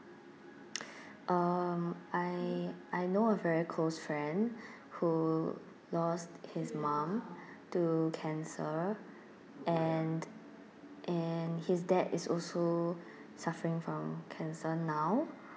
um I I know a very close friend who lost his mum to cancer and and his dad is also suffering from cancer now